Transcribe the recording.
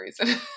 reason